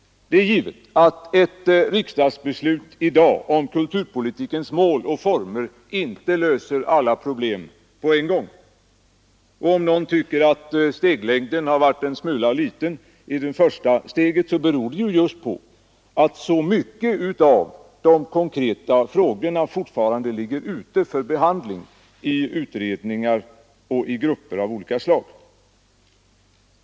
Det är givet att ett riksdagsbeslut i dag om kulturpolitikens mål och former inte löser alla problem på en gång. Om någon tycker att steglängden varit en smula liten i det första steget så beror det på att så många av de konkreta frågorna fortfarande ligger ute för behandling i utredningar och i grupper av olika slag.